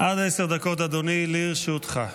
עד עשר דקות, אדוני, לרשותך.